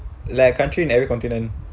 like a country in every continent